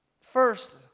First